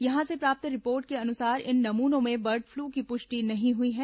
यहां से प्राप्त रिपोर्ट के अनुसार इन नमूनों में बर्ड फ्लू की पुष्टि नहीं हुई है